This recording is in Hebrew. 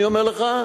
אני אומר לך,